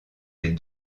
les